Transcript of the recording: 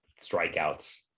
strikeouts